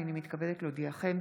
הינני מתכבדת להודיעכם,